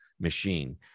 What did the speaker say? machine